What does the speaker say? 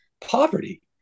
poverty